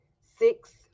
six